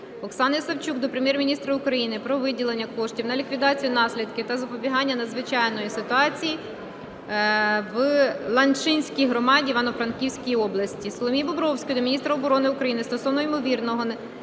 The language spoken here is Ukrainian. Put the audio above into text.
Оксани Савчук до Прем'єр-міністра України про виділення коштів на ліквідацію наслідків та запобігання надзвичайної ситуації в Ланчинській громаді Івано-Франківської області. Соломії Бобровської до міністра оборони України стосовно ймовірного